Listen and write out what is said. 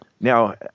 now